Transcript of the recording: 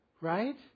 Right